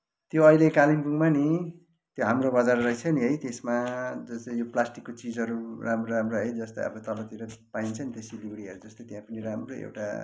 त्यो अहिले कालिम्पोङमा नि त्यो हाम्रो बजार रहेछ नि है त्यसमा जो चाहिँ यो प्लासटिकको चिजहरू राम्रा राम्रा है जस्तै अब तलतिर पाइन्छ नि त्यो सिलगढीहरू जस्तै त्यहाँ पनि राम्रो एउटा